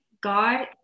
god